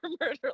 murder